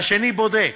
והשני בודק: